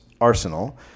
Arsenal